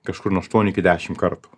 kažkur nuo aštuonių iki dešimt kartų